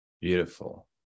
Beautiful